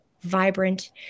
vibrant